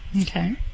Okay